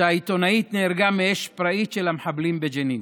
שהעיתונאית נהרגה מאש פראית של המחבלים בג'נין.